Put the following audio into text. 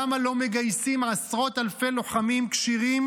למה לא מגייסים עשרות אלפי לוחמים כשירים